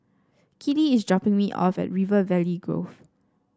Keely is dropping me off at River Valley Grove